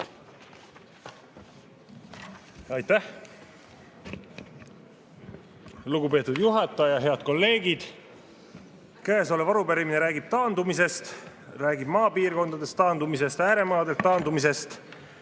Aitäh! Lugupeetud juhataja! Head kolleegid! Käesolev arupärimine räägib taandumisest: räägib maapiirkondadest taandumisest ja ääremaadelt taandumisest.